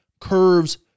curves